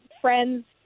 friends